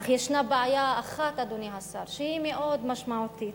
אך ישנה בעיה אחת, אדוני השר, שהיא מאוד משמעותית